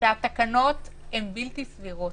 שהתקנות הן בלתי סבירות.